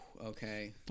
Okay